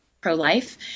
pro-life